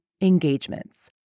engagements